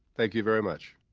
thank you very much